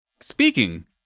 Speaking